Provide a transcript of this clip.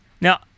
Now